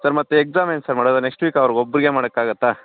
sir ಮತ್ತು exam ಏನು sir ಮಾಡೋದು ನೆಕ್ಸ್ಟ್ ವೀಕ್ ಅವ್ರ್ಗ ಒಬ್ಬರಿಗೆ ಮಾಡಕಾಗತ್ತಾ